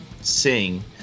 sing